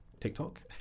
TikTok